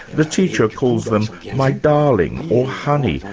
the teacher calls them my darling or honey,